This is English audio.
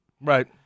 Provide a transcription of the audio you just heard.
Right